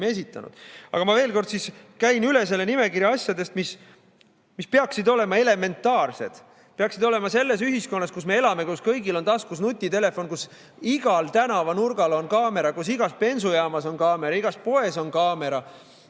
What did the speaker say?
Aga ma veel kord käin üle selle nimekirja asjadest, mis peaksid olema elementaarsed, peaksid olema selles ühiskonnas, kus me elame, kus kõigil on taskus nutitelefon, kus igal tänavanurgal on kaamera, kus igas bensujaamas on kaamera, igas poes on kaamera,